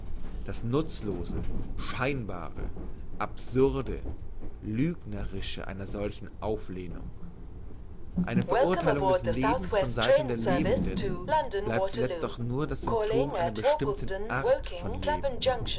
das nutzlose scheinbare absurde lügnerische einer solchen auflehnung eine verurtheilung des lebens von seiten des lebenden bleibt zuletzt doch nur das symptom einer bestimmten art von leben